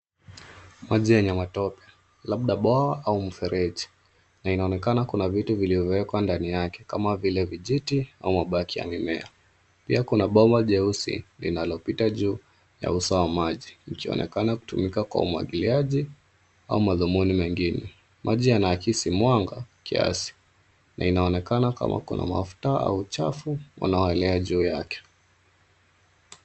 Maji yenye matope labda bwawa au mfereji na inaonekana kuna vitu vilivyowekwa ndani yake kama vile vijiti ama baki ya mimea. Pia kuna bwawa jeusi linalopita juu ya uso wa maji, ikionekana kutumika kwa umwagiliaji ama dhumuni lingine. Maji yanaakisi mwanga kiasi na inaonekana kama kuna mafuta au chafu unayoelea juu yake.